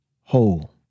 Whole